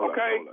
Okay